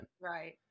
Right